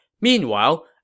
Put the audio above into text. Meanwhile